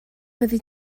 fyddi